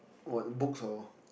what books or